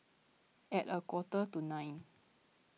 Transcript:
at a quarter to nine